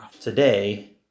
today